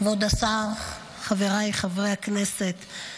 כבוד השר, חבריי חברי הכנסת,